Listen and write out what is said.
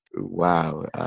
Wow